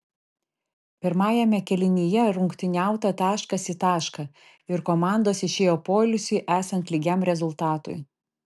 pirmajame kėlinyje rungtyniauta taškas į tašką ir komandos išėjo poilsiui esant lygiam rezultatui